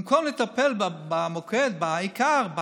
במקום לטפל במוקד, בעיקר,